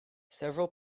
several